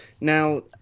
Now